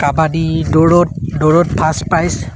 কাবাডী দৌৰত দৌৰত first prize